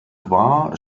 war